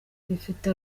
ifite